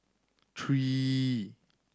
three